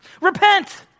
Repent